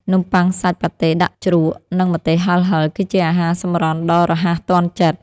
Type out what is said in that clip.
នំបុ័ងសាច់ប៉ាតេដាក់ជ្រក់ និងម្ទេសហិរៗ គឺជាអាហារសម្រន់ដ៏រហ័សទាន់ចិត្ត។